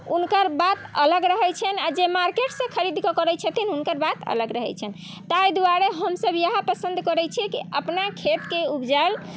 हुनकर बात अलग रहैत छनि आ जे मार्केटसँ खरिदके करैत छथिन हुनकर बात अलग रहैत छनि ताहि दुआरे हमसब इएह पसंद करैत छियै कि अपना खेतके उपजायल